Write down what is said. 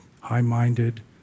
high-minded